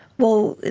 well,